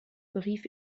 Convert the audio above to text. berief